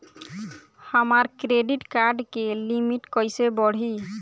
हमार credit card के limit कइसे बढ़ी?